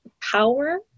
power